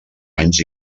anys